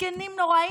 מסכנים נורא,